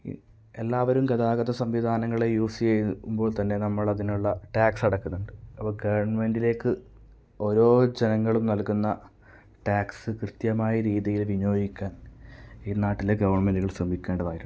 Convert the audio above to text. എല്ലാവരും ഗതാഗത സംവിധാനങ്ങളെ യൂസ് ചെയ്യുമ്പോൾ തന്നെ നമ്മൾ അതിനുള്ള ടാക്സ് അടയ്ക്കുന്നുണ്ട് അപ്പോൾ ഗവൺമെന്റിലേക്ക് ഓരോ ജനങ്ങളും നൽകുന്ന ടാക്സ് കൃത്യമായ രീതിയിൽ വിനിയോഗിക്കാൻ ഈ നാട്ടിലെ ഗവൺമെന്റുകൾ ശ്രമിക്കേണ്ടതായിട്ടുണ്ട്